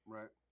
Right